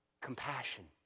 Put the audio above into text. compassion